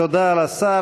תודה לשר.